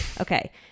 okay